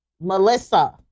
Melissa